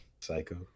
Psycho